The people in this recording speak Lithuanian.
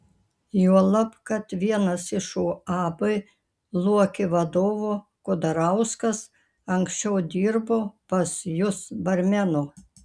juolab kad vienas iš uab luokė vadovų kudarauskas anksčiau dirbo pas jus barmenu